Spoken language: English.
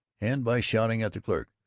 and by shouting at the clerk,